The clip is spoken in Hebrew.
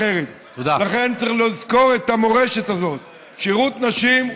שהייתה אולי הקשה במלחמות, עם מעט אנשים,